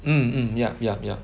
mm mm yup yup yup